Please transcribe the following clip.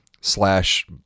slash